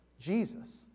Jesus